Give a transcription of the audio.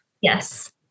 yes